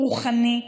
רוחני,